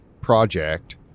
project